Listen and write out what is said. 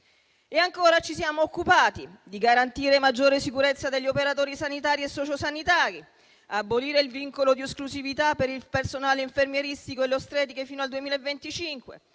siamo poi occupati di garantire maggiore sicurezza degli operatori sanitari e sociosanitari; abolire il vincolo di esclusività per il personale infermieristico ed ostetrico fino al 2025;